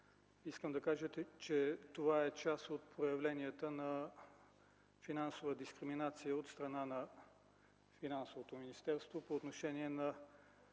искам да кажете, че това е част от проявленията на финансова дискриминация от страна на Финансовото министерство по отношение на